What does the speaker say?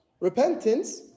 Repentance